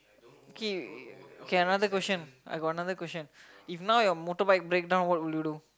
okay okay another question I got another question if now your motorbike breakdown what would you do